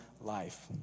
life